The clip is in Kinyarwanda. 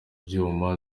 byuma